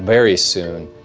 very soon,